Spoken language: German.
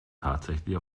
tatsächlich